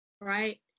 Right